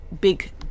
big